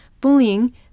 bullying